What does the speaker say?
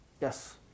Yes